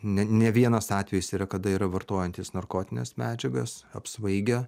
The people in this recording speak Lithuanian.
ne ne vienas atvejis yra kada yra vartojantys narkotines medžiagas apsvaigę